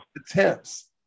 attempts